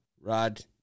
Rod